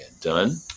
done